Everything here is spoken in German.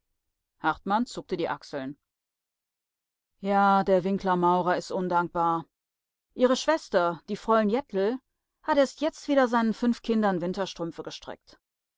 hartmann zuckte die achseln ja der winkler maurer is undankbar ihre schwester die fräul'n jettel hat erst jetzt wieder seinen fünf kindern winterstrümpfe gestrickt